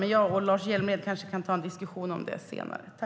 Men jag och Lars Hjälmered kanske kan ta en diskussion om detta senare.